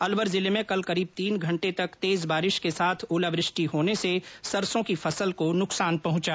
अलवर जिले में कल करीब तीन घंटे तक तेज बारिश के साथ ओलावृष्टि होने से सरसों की फसल को नुकसान पहुंचा